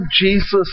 Jesus